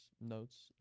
notes